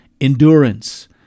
endurance